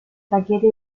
paquete